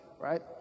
right